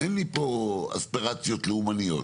אין לי פה אספירציות לאומניות,